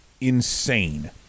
insane